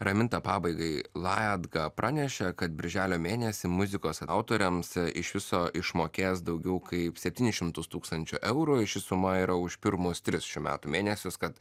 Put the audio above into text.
raminta pabaigai latga pranešė kad birželio mėnesį muzikos autoriams iš viso išmokės daugiau kaip septynis šimtus tūkstančių eurų ir ši suma yra už pirmus tris šių metų mėnesius kad